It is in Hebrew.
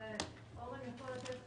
אורן יכול להתייחס לזה.